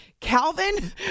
Calvin